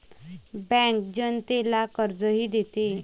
bank जनतेला कर्जही देते